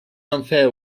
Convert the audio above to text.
unfair